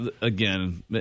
Again